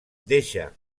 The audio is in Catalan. deixa